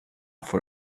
for